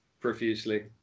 Profusely